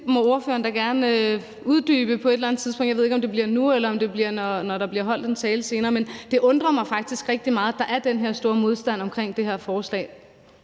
det må ordføreren da gerne uddybe på et eller andet tidspunkt. Jeg ved ikke, om det bliver nu, eller om det bliver, når der bliver holdt en tale senere. Men det undrer mig faktisk rigtig meget, at der er den her store modstand omkring det her forslag.